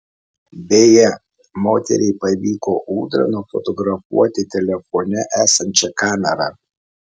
beje moteriai pavyko ūdrą nufotografuoti telefone esančia kamera